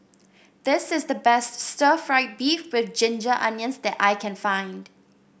this is the best Stir Fried Beef with Ginger Onions that I can find